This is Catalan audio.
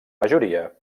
majoria